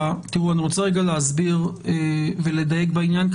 אני רוצה להסביר ולדייק בעניין,